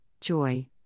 joy